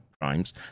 crimes